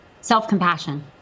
Self-compassion